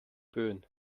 böen